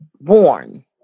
born